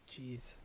Jeez